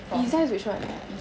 izzah is which one